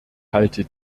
halte